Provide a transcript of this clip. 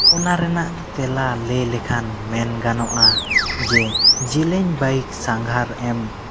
ᱚᱱᱟ ᱨᱮᱱᱟᱜ ᱛᱮᱞᱟ ᱞᱟᱹᱭ ᱞᱮᱠᱷᱟᱱ ᱢᱮᱱ ᱜᱟᱱᱚᱜᱼᱟ ᱡᱮ ᱡᱮᱞᱮᱧ ᱵᱟᱭᱤᱠ ᱥᱟᱸᱜᱷᱟᱨ ᱮᱢ